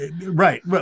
Right